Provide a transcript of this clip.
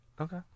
Okay